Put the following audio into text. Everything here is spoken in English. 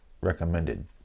recommended